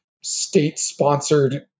state-sponsored